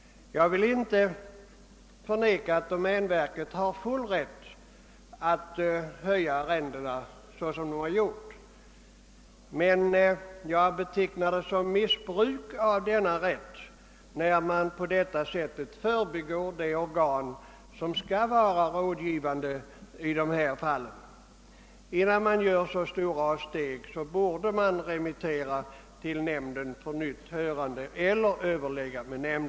Jag vill inte förneka att domänstyrelsen har full rätt att höja arrendena såsom den har gjort, men jag betecknar det som ett missbruk av denna rätt när den på detta sätt förbigår de organ, som skall vara rådgivande i sådana fall. Innan man gör så stora avsteg från regeln borde man remittera sitt förslag till nämnderna för nytt hörande eller överlägga med dem.